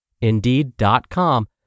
Indeed.com